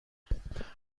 ممنون